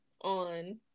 on